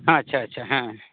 ᱟᱪᱪᱷᱟ ᱟᱪᱪᱷᱟ ᱦᱮᱸ